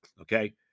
okay